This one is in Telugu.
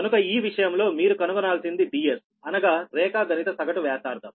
కనుక ఈ విషయంలో మీరు కనుగొనాల్సింది Ds అనగా రేఖాగణిత సగటు వ్యాసార్థం